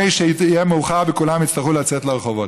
שיהיה מאוחר וכולם יצטרכו לצאת לרחובות.